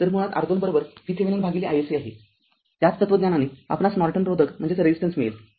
तरमुळात R २ VThevenin भागिले iSC आहे त्याच तत्त्वज्ञानाने आपणास नॉर्टन रोधक मिळेल